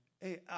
Hey